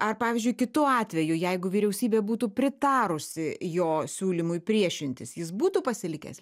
ar pavyzdžiui kitu atveju jeigu vyriausybė būtų pritarusi jo siūlymui priešintis jis būtų pasilikęs